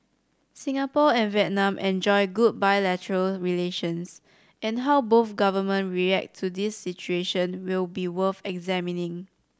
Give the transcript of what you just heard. Singapore and Vietnam enjoy good bilateral relations and how both government react to this situation will be worth examining